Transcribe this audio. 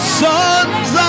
sons